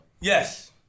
Yes